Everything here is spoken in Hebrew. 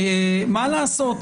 שמה לעשות,